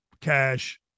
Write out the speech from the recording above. cash